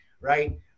right